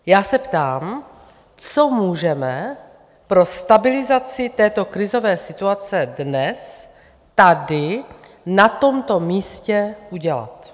Já se ptám, co můžeme pro stabilizaci této krizové situace dnes tady na tomto místě udělat.